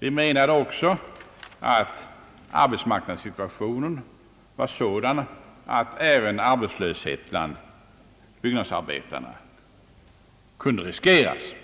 Vi menade också att arbetsmarknadssituationen var sådan att arbetslöshet kunde riskeras även